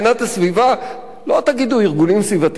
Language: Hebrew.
לא תגידו ארגונים סביבתיים, אתם יודעים, הירוקים.